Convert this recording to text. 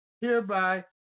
Hereby